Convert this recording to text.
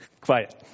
Quiet